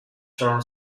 term